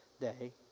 day